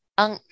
ang